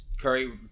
Curry